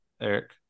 Eric